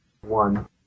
one